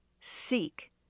seek